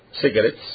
cigarettes